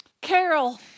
Carol